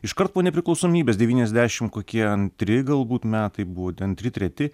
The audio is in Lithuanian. iškart po nepriklausomybės devyniasdešimt kokie antri galbūt metai buvo antri treti